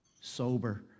sober